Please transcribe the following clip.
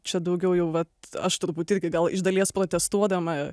čia daugiau jau vat aš turbūt irgi gal iš dalies protestuodama